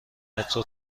مترو